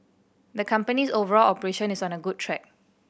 the company's overall operation is on a good track